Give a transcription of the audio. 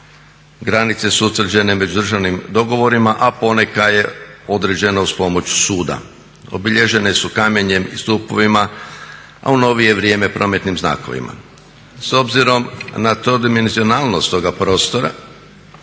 granice su utvrđene međudržavnim dogovorima a poneka je određena uz pomoć suda. Obilježene su kamenjem i stupovima, a u novije vrijeme prometnim znakovima. S obzirom na dimenzionalnost tog prostora